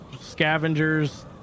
scavengers